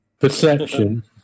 perception